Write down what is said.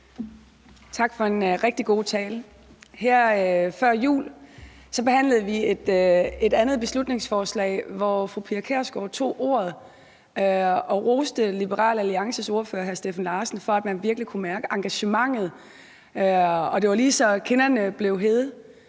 Tak for en rigtig god tale. Her før jul behandlede vi et andet beslutningsforslag, hvor fru Pia Kjærsgaard tog ordet og roste Liberal Alliances ordfører hr. Steffen Larsen for, at man virkelig kunne mærke engagementet, og det var lige, så kinderne blev hede.